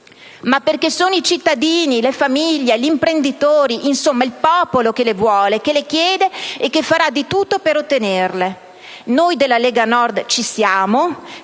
ma perché sono i cittadini, le famiglie, gli imprenditori, insomma il popolo che le vogliono e le chiedono e che faranno di tutto per ottenerle. Noi del Gruppo della Lega Nord ci siamo,